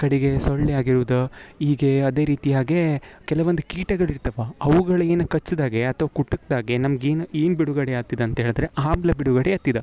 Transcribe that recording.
ಕಡಿಗೆ ಸೊಳ್ಳೆ ಆಗಿರೋದ ಹೀಗೆ ಅದೇ ರೀತಿಯಾಗೇ ಕೆಲವೊಂದು ಕೀಟಗಳು ಇರ್ತಾವೆ ಅವುಗಳಿಗೇನೆ ಕಚ್ಚಿದಾಗೆ ಅಥವಾ ಕುಟಕಿದಾಗೆ ನಮ್ಗೆ ಏನು ಏನು ಬಿಡುಗಡೆ ಆಗ್ತದೆ ಅಂಥೇಳಿದ್ರೆ ಆಮ್ಲ ಬಿಡುಗಡೆಯಾತದ